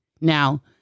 Now